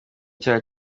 icyaha